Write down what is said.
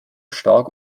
stark